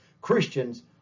Christians